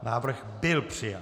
Návrh byl přijat.